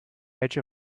edge